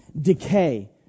decay